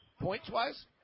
Points-wise